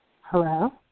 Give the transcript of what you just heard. Hello